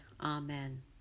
Amen